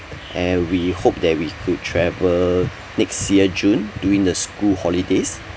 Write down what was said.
and we hope that we could travel next year june during the school holidays